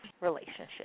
relationship